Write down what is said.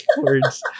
words